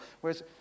Whereas